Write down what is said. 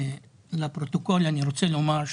לפרוטוקול אני רוצה לומר,